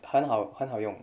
很好很好用